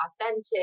authentic